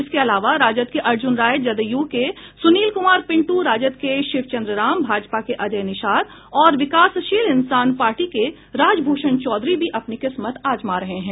इसके अलावा राजद के अर्जुन राय जदयू के सुनील कुमार पिंटू राजद के शिवचंद्र राम भाजपा के अजय निषाद और विकासशील इंसान पार्टी के राजभूषण चौधरी भी अपनी किस्मत आजमा रहें हैं